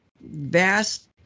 vast